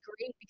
great